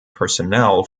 personnel